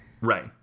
Right